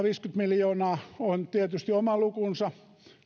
miljoonaa on tietysti oma lukunsa